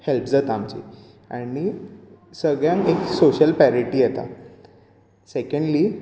help जाता आमची आनी सगळ्यांक एक सोशियल पेरिटी येता सेकॅंडली